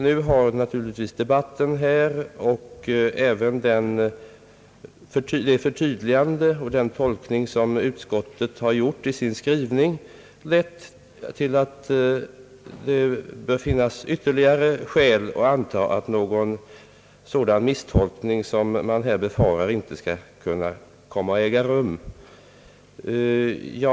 Denna debatt och även det förtydligande och den tolkning som utskottet gjort i sin skrivning gör att det bör finnas ytterligare skäl att anta, att någon sådan misstolkning som reservanterna befarar inte skall behöva ske. Jag vill därför bara helt kort yrka bifall till utskottets hemställan.